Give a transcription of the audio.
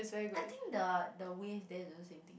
I think the the wave there don't know same thing